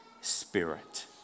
spirit